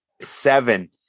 seven